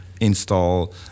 install